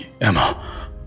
Emma